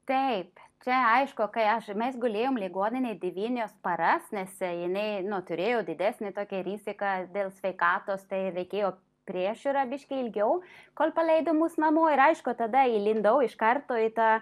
taip čia aišku kai aš mes gulėjom ligoninėj devynias paras nes jinai nu turėjo didesnę tokią riziką dėl sveikatos tai reikėjo priežiūra biškį ilgiau kol paleido mus namo ir aišku tada įlindau iš karto į tą